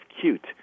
cute